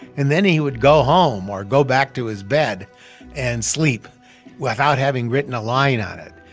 and then he would go home or go back to his bed and sleep without having written a line on it.